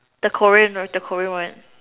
Korean the Korean one